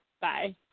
bye